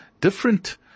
different